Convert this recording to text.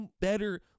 better